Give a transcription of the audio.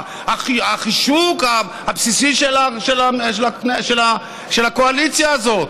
החישוק הבסיסי של הקואליציה הזאת.